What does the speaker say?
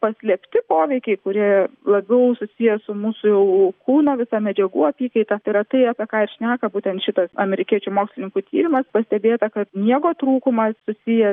paslėpti poveikiai kurie labiau susiję su mūsų jau kūno visa medžiagų apykaita tai yratai apie ką ir šneka būtent šitas amerikiečių mokslininkų tyrimas pastebėta kad miego trūkumas susijęs